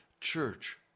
church